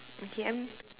okay I'm